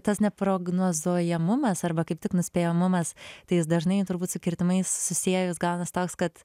tas neprognozuojamumas arba kaip tik nuspėjamumas tai jis dažnai turbūt skirtumais susiejus gaunas toks kad